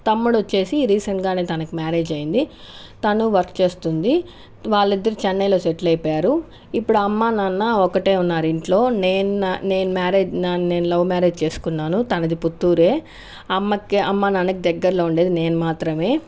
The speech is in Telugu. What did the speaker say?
తమ్ముడు వచ్చి రీసెంట్గా తనకి మ్యారేజ్ అయ్యింది తను వర్క్ చేస్తుంది వాళ్ళిద్దరు చెన్నైలో సెటిల్ అయిపోయారు ఇప్పుడు అమ్మా నాన్న ఒకరే ఉన్నారు ఇంట్లో నేన్ నేను మ్యారే నేను లవ్ మ్యారేజ్ చేసుకున్నాను తనది పుత్తూరు అమ్మకి అమ్మానాన్నకి దగ్గర్లలో ఉండేది నేను మాత్రమే